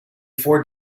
four